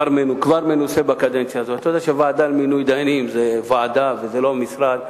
מנוסה בקדנציה הזו ואתה יודע שהוועדה למינוי דיינים זו ועדה ולא משרד.